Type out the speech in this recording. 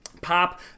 Pop